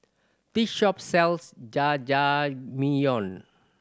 this shop sells